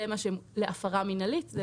להפרה מינהלית.